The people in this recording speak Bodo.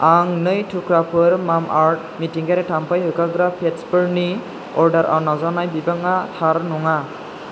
आं नै थुख्राफोर मामाआर्थ मिथिंगायारि थाम्फै होखारग्रा पेट्चफोरनि अर्डाराव नाजावनाय बिबाङा थार नङा